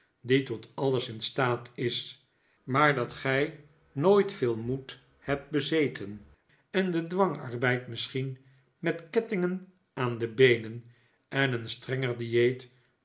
die tot alles in staat is maar dat gij nooit veel moed hebt bezeten en de dwangarbeid misschien met kettingen aan de beenen en een strenger dieet